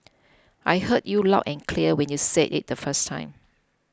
I heard you loud and clear when you said it the first time